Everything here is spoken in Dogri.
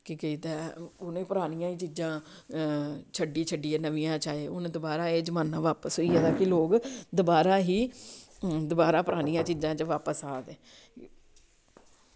कि कितै उनें परानियां चीजां छड्डी छड्डियै नमियां च आए हून दवारा एह् जमाना बापस होई गेदा कि लोग दवारा ही दवारा परानियां चीजां च बापस आ दे